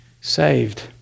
saved